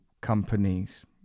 companies